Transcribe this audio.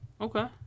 Okay